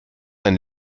ein